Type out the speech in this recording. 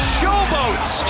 showboats